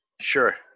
sure